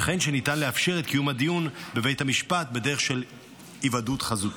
וכן שניתן לאפשר את קיום הדיון בבית המשפט בדרך של היוועדות חזותית.